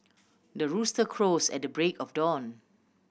the rooster crows at the break of dawn